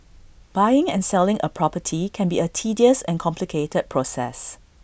buying and selling A property can be A tedious and complicated process